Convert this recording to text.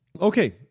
Okay